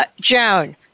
Joan